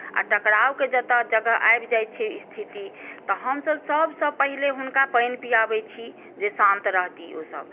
आ टकरावके जतय जगह आबि जाइत छै स्थिति तऽ हमसभ सभसँ पहिने हुनका पानि पियाबैत छी जे शान्त रहती ओसभ